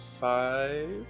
five